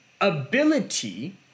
ability